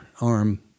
arm